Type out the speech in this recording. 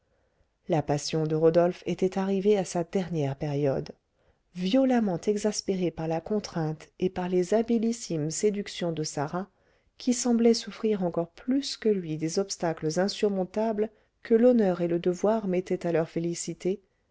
la passion de rodolphe était arrivée à sa dernière période violemment exaspéré par la contrainte et par les habilissimes séductions de sarah qui semblait souffrir encore plus que lui des obstacles insurmontables que l'honneur et le devoir mettaient à leur félicité